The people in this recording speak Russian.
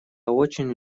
очень